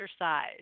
exercise